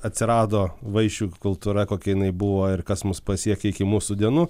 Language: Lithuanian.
atsirado vaišių kultūra kokia jinai buvo ir kas mus pasiekė iki mūsų dienų